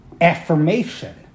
affirmation